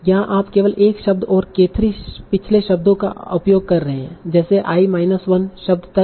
यहाँ आप केवल 1 शब्द और k 3 पिछले शब्दों का उपयोग कर रहे हैं जैसे i माइनस 1 शब्द तक